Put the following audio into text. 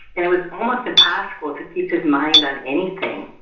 and it was almost impossible to keep his mind on anything,